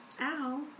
Ow